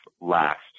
last